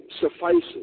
suffices